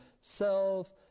self